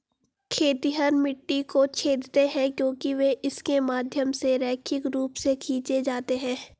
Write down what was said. खेतिहर मिट्टी को छेदते हैं क्योंकि वे इसके माध्यम से रैखिक रूप से खींचे जाते हैं